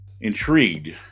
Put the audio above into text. intrigued